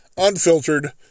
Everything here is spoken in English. Unfiltered